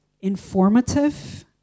informative